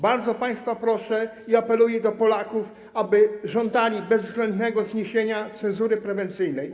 Bardzo państwa proszę i apeluję do Polaków, aby żądali bezwzględnego zniesienia cenzury prewencyjnej.